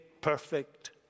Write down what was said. perfect